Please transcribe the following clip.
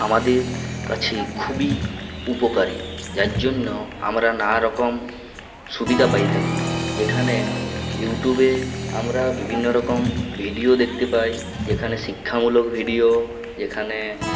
আমাদের কাছে খুবই উপকারী যার জন্য আমরা নানারকম সুবিধা পেয়ে থাকি যেখানে ইউটিউবে আমরা বিভিন্ন রকম ভিডিও দেখতে পাই যেখানে শিক্ষামূলক ভিডিও যেখানে